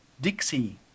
Dixie